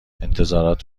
انتظارات